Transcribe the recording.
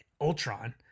Ultron